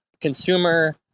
consumer